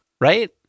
right